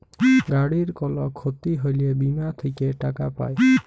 গাড়ির কল ক্ষতি হ্যলে বীমা থেক্যে টাকা পায়